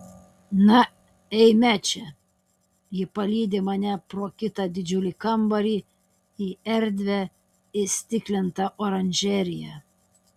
na eime čia ji palydi mane pro kitą didžiulį kambarį į erdvią įstiklintą oranžeriją